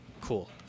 Cool